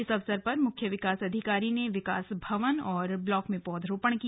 इस अवसर पर मुख्य विकास अधिकारी ने विकास भवन और ब्लॉक में पौधरोपण भी किया